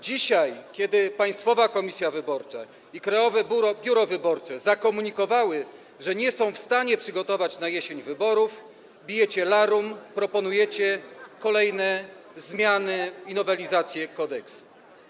Dzisiaj kiedy Państwowa Komisja Wyborcza i Krajowe Biuro Wyborcze zakomunikowały, że nie są w stanie przygotować na jesień wyborów, podnosicie larum, proponujecie kolejne zmiany i nowelizacje kodeksu.